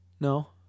No